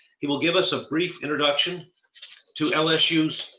he will give us a brief introduction to lsu's